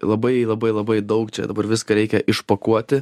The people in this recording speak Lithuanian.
labai labai labai daug čia dabar viską reikia išpakuoti